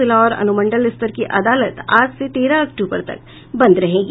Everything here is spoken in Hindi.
जिला और अनुमंडल स्तर के अदालत आज से तेरह अक्टूबर तक बंद रहेगी